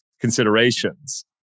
considerations